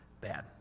bad